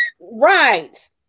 Right